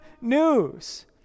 news